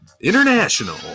International